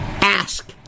Ask